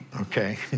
okay